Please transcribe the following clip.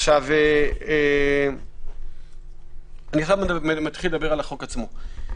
אני אדבר על החוק עצמו.